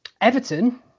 Everton